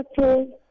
okay